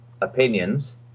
opinions